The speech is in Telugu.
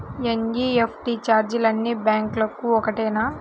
ఎన్.ఈ.ఎఫ్.టీ ఛార్జీలు అన్నీ బ్యాంక్లకూ ఒకటేనా?